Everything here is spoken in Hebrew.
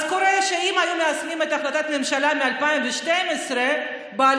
אז קורה שאם היו מיישמים את החלטת הממשלה מ-2012 בעלות